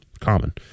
common